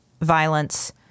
violence